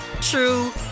true